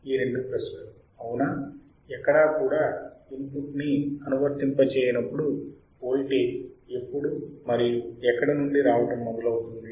ఈ రెండు ప్రశ్నలు అవునా ఎక్కడా కూడా ఇన్పుట్ ని అనువర్తింప చేయనపుడు వోల్టేజ్ ఎప్పుడు మరియు ఎక్కడ నుండి రావటం మొదలవుతుంది